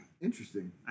Interesting